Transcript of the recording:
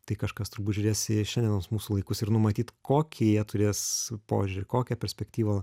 tai kažkas turbūt žiūrės į šiandienos mūsų laikus ir numatyt kokį jie turės požiūrį kokią perspektyvą